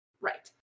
Right